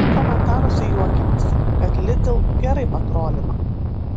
komentaruose juokiamasi kad lidl gerai patrolino